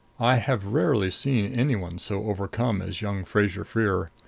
i have rarely seen any one so overcome as young fraser-freer.